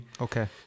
Okay